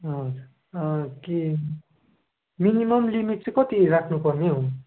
हजुर हजुर के मिनिमम लिमिट चाहिँ कति राख्नुपर्ने हो